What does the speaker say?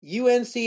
UNC